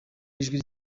w’ijwi